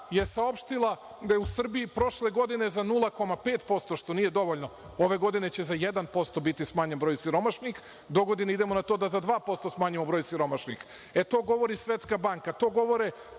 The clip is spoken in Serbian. je saopštila da je u Srbiji prošle godine za 0,5%, što nije dovoljno, ove godine će za 1% biti smanjen broj siromašnih, dogodine idemo na to da za 2% smanjimo broj siromašni, e, to govori Svetska banka, to govore